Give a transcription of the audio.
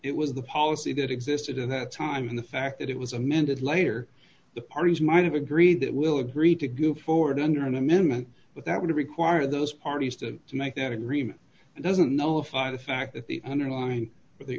it was the policy that existed in that time and the fact that it was amended later the parties might have agreed that we'll agree to go forward under an amendment but that would require those parties to make that agreement doesn't know if the fact that the underlying the